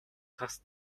тас